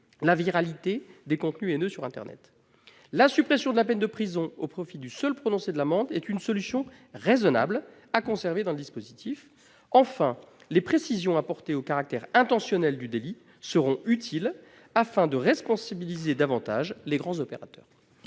la viralité des contenus haineux sur internet ; ensuite, la suppression de la peine de prison au profit du seul prononcé d'une amende est une solution raisonnable, à conserver dans le dispositif ; enfin, les précisions apportées au caractère intentionnel du délit seront utiles pour responsabiliser davantage les grands opérateurs.